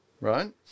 right